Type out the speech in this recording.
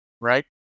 Right